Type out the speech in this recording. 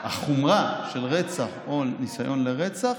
בחומרה של רצח או ניסיון לרצח,